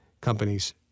companies